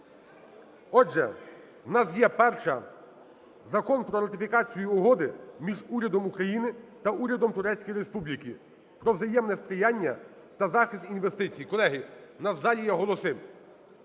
Отже, в нас є перша – Закон про ратифікацію Угоди між Урядом України та Урядом Турецької Республіки про взаємне сприяння та захист інвестицій. Колеги, в нас у залі є голоси.